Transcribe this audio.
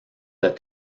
that